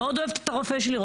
מאוד אוהבת את הרופא שלי,